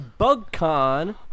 BugCon